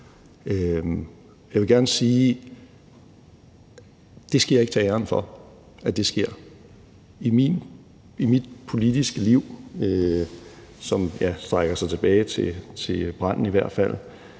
Jeg vil gerne sige: Det skal jeg ikke tage æren for sker. I mit politiske liv, som strækker sig tilbage til branden i hvert fald,